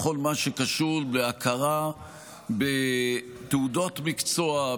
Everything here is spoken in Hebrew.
בכל מה שקשור בהכרה בתעודות מקצוע,